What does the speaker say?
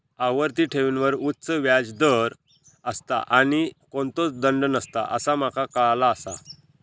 आवर्ती ठेवींवर उच्च व्याज दर असता आणि कोणतोच दंड नसता असा माका काळाला आसा